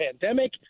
pandemic